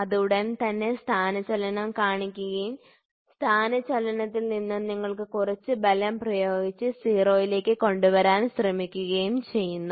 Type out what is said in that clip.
അത് ഉടൻ തന്നെ സ്ഥാനചലനം കാണിക്കുകയും സ്ഥാനചലനത്തിൽ നിന്ന് നിങ്ങൾ കുറച്ച് ബലം പ്രയോഗിച്ച് 0 ലേക്ക് കൊണ്ടുവരാൻ ശ്രമിക്കുകയും ചെയ്യുന്നു